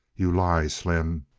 you lie, slim!